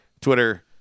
Twitter